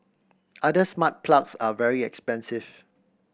other smart plugs are very expensive